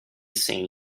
scene